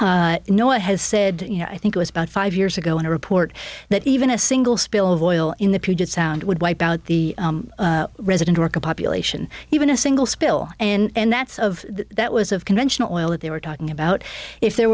one has said you know i think it was about five years ago in a report that even a single spill of oil in the puget sound would wipe out the resident work a population even a single spill and that's of that was of conventional oil that they were talking about if there